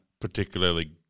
particularly